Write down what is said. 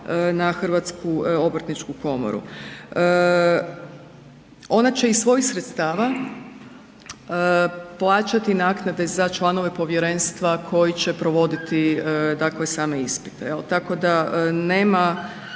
Hrvatsku obrtničku komoru. Ona će iz svojih sredstava plaćati naknade za članove povjerenstva koji će provoditi dakle same ispite.